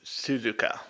suzuka